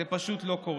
זה פשוט לא קורה.